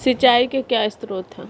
सिंचाई के क्या स्रोत हैं?